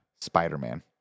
Spider-Man